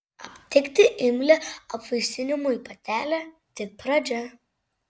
aptikti imlią apvaisinimui patelę tik pradžia